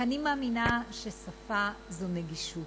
כי אני מאמינה ששפה זו נגישות.